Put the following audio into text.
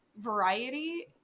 variety